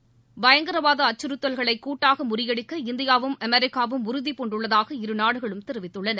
we பயங்கரவாத அச்சுறுத்தல்களை கூட்டாக முறியடிக்க இந்தியாவும் அமெரிக்காவும் உறுதிபூண்டுள்ளதாக இரு நாடுகளும் தெரிவித்துள்ளன